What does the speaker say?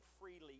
freely